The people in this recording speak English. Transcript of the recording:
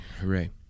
Hooray